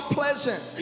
pleasant